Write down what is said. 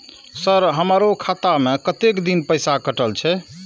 Sir हमारो खाता में कतेक दिन पैसा कटल छे?